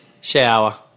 Shower